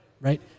right